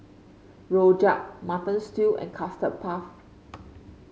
rojak Mutton Stew and Custard Puff